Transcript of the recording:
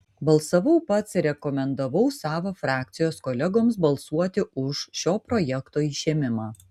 balsavau pats ir rekomendavau savo frakcijos kolegoms balsuoti už šio projekto išėmimą